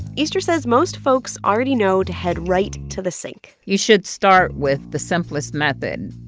easter says most folks already know to head right to the sink you should start with the simplest method,